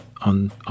on